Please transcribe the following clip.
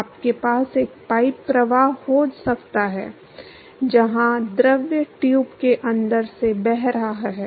आपके पास एक पाइप प्रवाह हो सकता है जहां द्रव ट्यूब के अंदर से बह रहा है